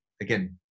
again